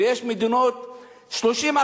ויש מדינות שבהן,